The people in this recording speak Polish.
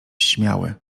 śmiały